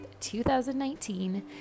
2019